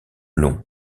long